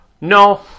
No